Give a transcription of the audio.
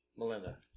Melinda